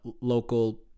local